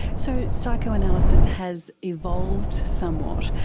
so psychoanalysis has evolved somewhat.